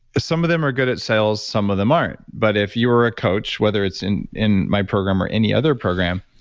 some of them are good at sales, some of them aren't. but if you're a coach, whether it's in in my program or any other program,